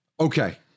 Okay